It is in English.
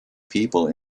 people